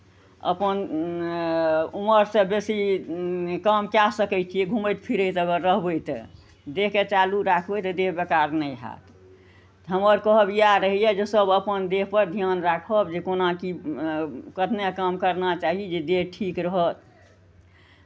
अपन उमरसँ बेसी काम कए सकै छियै घूमैत फिरैत अगर रहबै तऽ देहकेँ चालू राखबै तऽ देह बेकार नहि हैत तऽ हमर कहब इएह रहैए जे सभ अपन देहपर ध्यान राखब जे कोना की करने काम करना चाही जे देह ठीक रहत